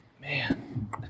Man